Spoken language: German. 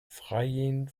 freiin